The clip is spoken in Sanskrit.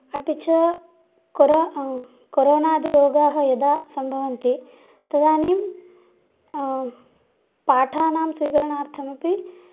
अपि च कोरो कोरोनादिरोगाः यदा सम्भवन्ति तदानीं पाठानां स्वीकरणार्थमपि